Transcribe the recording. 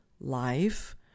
life